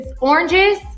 oranges